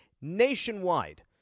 nationwide